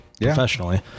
professionally